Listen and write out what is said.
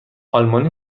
آلمانی